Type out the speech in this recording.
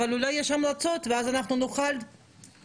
אבל אולי יש המלצות ואז אנחנו נוכל דרך